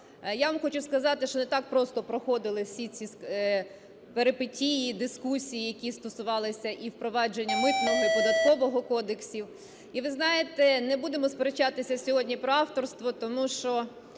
Я вам хочу сказати, що не так просто проходили всі ці перипетії і дискусії, які стосувалися і впровадження Митного і Податкового кодексів. І ви знаєте, не будемо сперечатися сьогодні про авторство, тому що